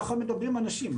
ככה מדברים אנשים,